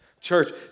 Church